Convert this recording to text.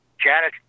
Janet